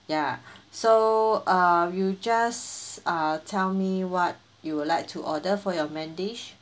ya so uh you just uh tell me what you would like to order for your main dish